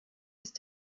ist